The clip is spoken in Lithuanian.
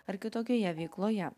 ar kitokioje veikloje